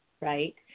right